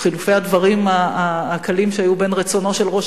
חילופי הדברים הקלים שהיו בין רצונו של ראש